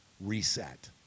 reset